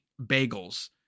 bagels